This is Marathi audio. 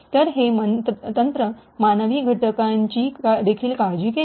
तर हे तंत्र मानवी घटकांची देखील काळजी घेते